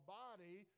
body